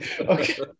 Okay